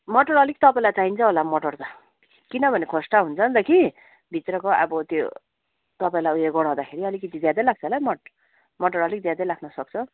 मटर अलिक तपाईँलाई चाहिन्छ होला मटर त किनभने खोस्टा हुन्छ नि त कि भित्रको अब त्यो तपाईँलाई उयो गराउँदाखेरि अलिकति ज्यादै लाग्छ होला है मटर मटर अलिक ज्यादै लाग्नुसक्छ